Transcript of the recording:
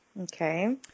Okay